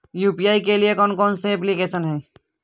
UPI के लिए कौन कौन सी एप्लिकेशन हैं?